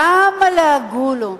כמה לעגו לו.